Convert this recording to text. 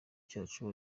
cyacu